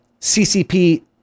CCP